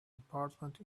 department